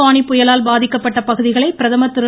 போனி புயலால் பாதிக்கப்பட்ட பகுதிகளை பிரதமர் திரு